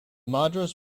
madras